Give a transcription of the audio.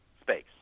space